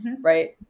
Right